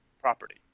property